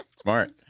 Smart